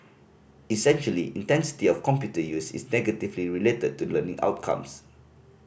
essentially intensity of computer use is negatively related to learning outcomes